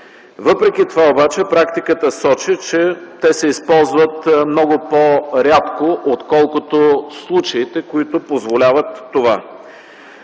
Въпреки това обаче практиката сочи, че те се използват много по-рядко, отколкото случаите, които позволяват това.